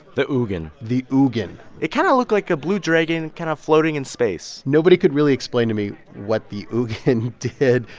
the ugin the ugin it kind of looked like a blue dragon kind of floating in space nobody could really explain to me what the ugin did.